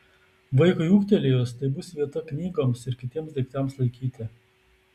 vaikui ūgtelėjus tai bus vieta knygoms ir kitiems daiktams laikyti